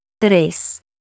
Tres